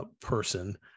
person